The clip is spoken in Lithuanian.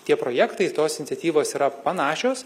tie projektai tos iniciatyvos yra panašios